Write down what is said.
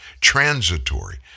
transitory